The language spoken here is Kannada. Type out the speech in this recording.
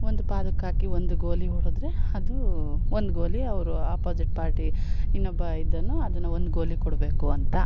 ಒಂದು ಪಾದಕ್ ಹಾಕಿ ಒಂದು ಗೋಲಿ ಹೊಡೆದ್ರೆ ಅದು ಒಂದು ಗೋಲಿ ಅವರು ಆಪೊಸಿಟ್ ಪಾರ್ಟಿ ಇನ್ನೊಬ್ಬ ಇದನ್ನು ಅದನ್ನು ಒಂದು ಗೋಲಿ ಕೊಡಬೇಕು ಅಂತ